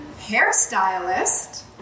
hairstylist